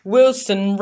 Wilson